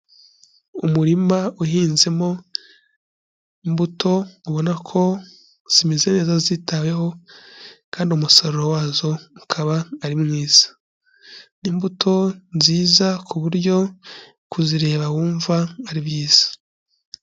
Umurima uhinzemo imbuto ubona ko zimeze neza zitaweho kandi umusaruro wazo ukaba ari mwiza, ni imbuto nziza ku buryo kuzireba wumva ari byiza.